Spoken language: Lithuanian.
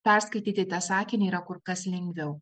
perskaityti tą sakinį yra kur kas lengviau